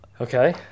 okay